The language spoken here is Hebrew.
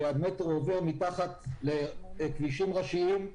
שהמטרו עובר מתחת לכבישים ראשיים.